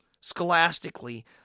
scholastically